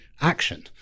action